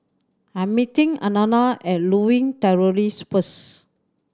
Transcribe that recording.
I'm meeting Alannah at Lewin Terrace first